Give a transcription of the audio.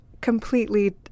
completely